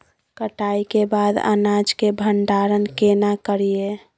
कटाई के बाद अनाज के भंडारण केना करियै?